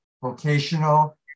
vocational